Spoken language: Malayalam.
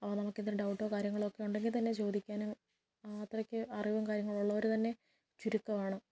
അപ്പം നമുക്കെന്തെങ്കിലും ഡൗട്ടോ കാര്യങ്ങളോക്കെ ഉണ്ടെങ്കിൽ തന്നെ ചോദിക്കാനും അത്രയ്ക്ക് അറിവും കാര്യങ്ങളും ഉള്ളവരുതന്നെ ചുരുക്കമാണ്